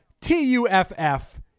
T-U-F-F